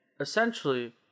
essentially